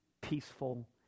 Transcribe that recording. peaceful